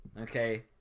Okay